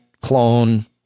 clone